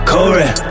Corey